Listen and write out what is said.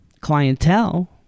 clientele